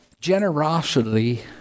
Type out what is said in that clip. generosity